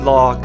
Law